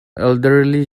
elderly